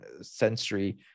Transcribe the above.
sensory